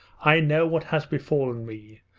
i know what has befallen me.